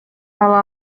ала